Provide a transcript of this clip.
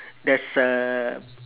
there's a